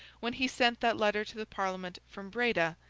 when he sent that letter to the parliament, from breda,